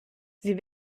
sie